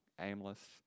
aimless